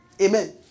Amen